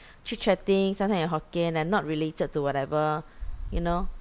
chit chatting something in hokkien and not related to whatever you know